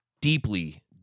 deeply